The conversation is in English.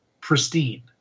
pristine